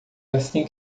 assim